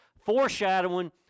foreshadowing